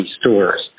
stores